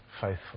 faithful